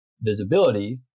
visibility